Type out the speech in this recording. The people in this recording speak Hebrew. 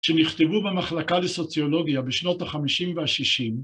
‫שנכתבו במחלקה לסוציולוגיה ‫בשנות ה-50 וה-60,